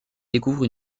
découvre